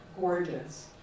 gorgeous